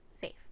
safe